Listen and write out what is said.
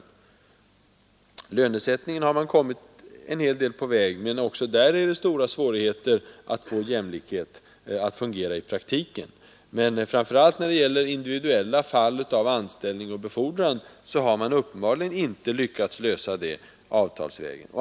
I frågan om lönesättningen har man kommit en bit på väg, men också där är det stora svårigheter att få teorin om jämlikheten att fungera i praktiken. Men framför allt när det gäller individuella fall av anställning och befordran har man uppenbarligen inte lyckats lösa frågorna avtalsvägen.